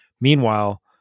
Meanwhile